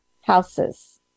houses